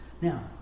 Now